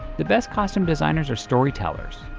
the best costume designers are storytellers.